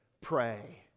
pray